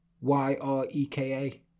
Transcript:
Y-R-E-K-A